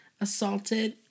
Assaulted